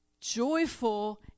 joyful